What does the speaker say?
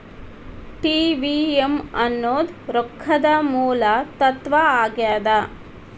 TVM ಅನ್ನೋದ್ ರೊಕ್ಕದ ಮೂಲ ತತ್ವ ಆಗ್ಯಾದ